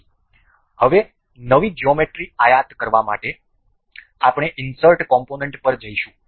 તેથી હવે નવી જ્યોમેટ્રી આયાત કરવા માટે આપણે ઇન્સર્ટ કોમ્પોનન્ટ પર જઈશું